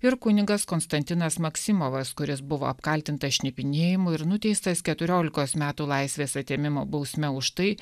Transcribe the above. ir kunigas konstantinas maksimovas kuris buvo apkaltintas šnipinėjimu ir nuteistas keturiolikos metų laisvės atėmimo bausme už tai